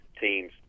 teams